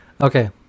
Okay